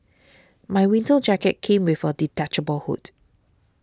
my winter jacket came with a detachable hood